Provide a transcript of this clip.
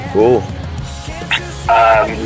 Cool